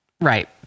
Right